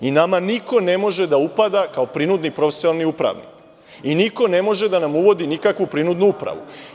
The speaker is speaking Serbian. Nama niko ne može da upada, kao prinudni profesionalni upravnik i niko ne može da nam uvodi nikakvu prinudnu upravu.